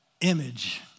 Image